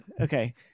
okay